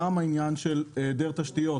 גם העניין של העדר תשתיות,